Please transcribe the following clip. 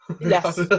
Yes